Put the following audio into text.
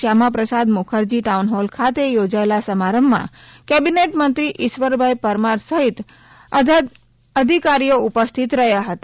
Shyamaprasad Mukherjee town hall ખાતે યોજાયેલા સમારંભમાં કેબીનેટમંત્રી ઇશ્વરભાઇ પરમાર સહીત અધીકારીઓ પદાધીકારીઓ ઉપસ્થિત રહ્યા હતા